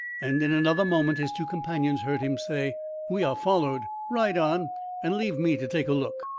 and in another moment his two companions heard him say we are followed. ride on and leave me to take a look.